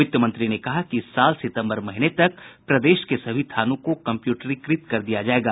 वित्त मंत्री ने कहा कि इस साल सितम्बर महीने तक प्रदेश के सभी थानों को कम्प्यूटरीकृत कर दिया जायेगा